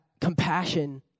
compassion